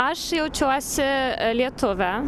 aš jaučiuosi lietuve